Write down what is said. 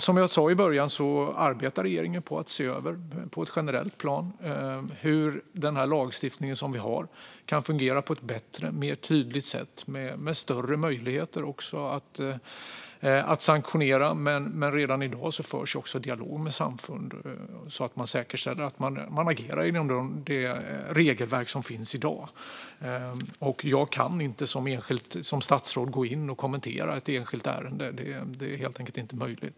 Som jag sa i början arbetar regeringen med att på ett generellt plan se över hur denna lagstiftning kan fungera bättre och tydligare och också ge större möjlighet att införa sanktioner. Men redan i dag förs också dialog med samfund för att säkerställa att de agerar inom dagens regelverk. Som statsråd kan jag inte gå in och kommentera ett enskilt ärende. Det är helt enkelt inte möjligt.